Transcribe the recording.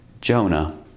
Jonah